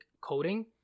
coding